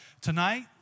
Tonight